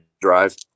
drive